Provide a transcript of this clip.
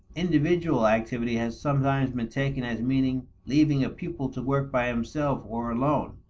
individual activity has sometimes been taken as meaning leaving a pupil to work by himself or alone.